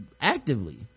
actively